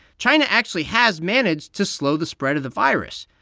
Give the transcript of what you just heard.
china actually has managed to slow the spread of the virus.